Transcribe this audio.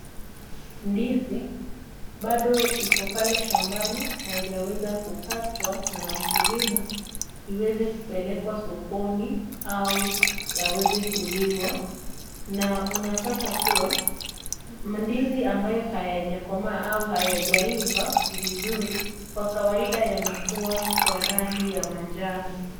Ndizi bado ipo pale shambani na haijaweza kukatwa na mkuliwa iweze kupelekwa sokoni au yaweze kuliwa na unapata kuwa, mandizi ambayo hayajakomaa au hayajaiva vizuri, kwa kawaida yanakuwa kwa rangi ya manjano.